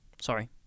Sorry